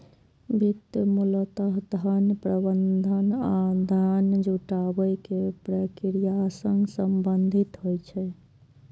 वित्त मूलतः धन प्रबंधन आ धन जुटाबै के प्रक्रिया सं संबंधित होइ छै